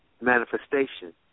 Manifestation